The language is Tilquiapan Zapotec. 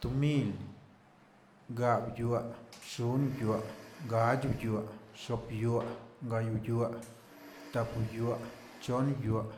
Tomili, gabyoa, xonꞌbyoa, gachbyoa, xopbyoa, gayꞌbyoaꞌ, tapbyoa, chonbyoaꞌ,